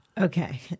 Okay